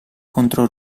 contro